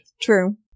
True